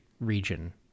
region